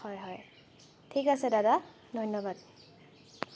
হয় হয় ঠিক আছে দাদা ধন্যবাদ